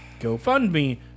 GoFundMe